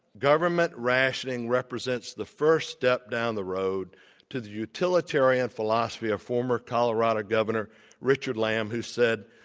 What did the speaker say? government rationing represents the first step down the road to the utilitarian philosophy of former colorado governor richard lamb who said,